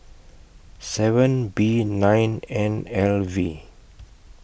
seven B nine N L V